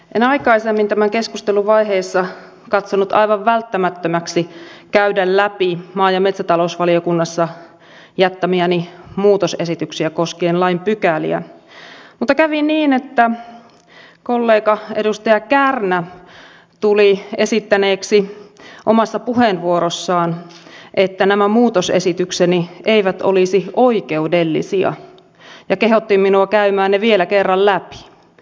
en aikaisemmassa tämän keskustelun vaiheessa katsonut aivan välttämättömäksi käydä läpi maa ja metsätalousvaliokunnassa jättämiäni muutosesityksiä koskien lain pykäliä mutta kävi niin että kollega edustaja kärnä tuli esittäneeksi omassa puheenvuorossaan että nämä muutosesitykseni eivät olisi oikeudellisia ja kehotti minua käymään ne vielä kerran läpi